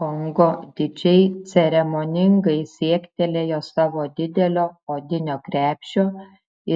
kongo didžiai ceremoningai siektelėjo savo didelio odinio krepšio